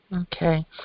Okay